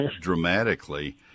dramatically